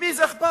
למי זה אכפת?